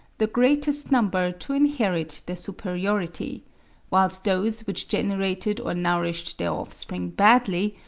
the greatest number to inherit their superiority whilst those which generated or nourished their offspring badly,